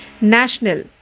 National